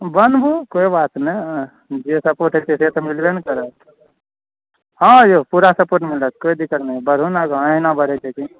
बनबू कोइ बात नहि जे सपोर्ट होइत छै से तऽ मिलबे ने करत हँ यौ पूरा सपोर्ट मिलत कोइ दिक्कत नहि बढ़ू ने आगाँ अहिना ने बढ़ैत छै कि